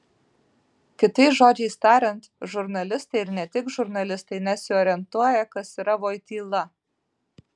kitais žodžiais tariant žurnalistai ir ne tik žurnalistai nesiorientuoja kas yra voityla